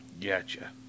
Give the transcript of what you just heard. Gotcha